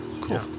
cool